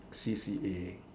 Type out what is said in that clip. C_C_A